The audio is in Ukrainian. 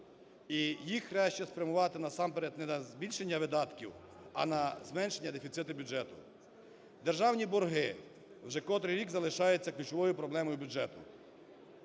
і їх краще спрямувати, насамперед, не на збільшення видатків, а на зменшення дефіциту бюджету. Державні борги вже котрий рік залишаються ключовою проблемою бюджету.